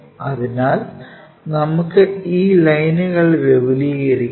അതിനാൽ നമുക്ക് ഈ ലൈൻ വിപുലീകരിക്കാം